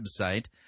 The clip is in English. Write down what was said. website